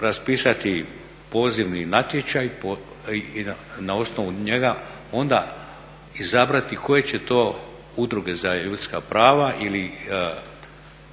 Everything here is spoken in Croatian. raspisati pozivni natječaj i na osnovu njega onda izabrati koje će to udruge za ljudska prava ili